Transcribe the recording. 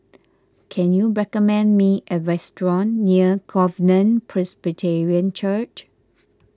can you recommend me a restaurant near Covenant Presbyterian Church